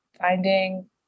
finding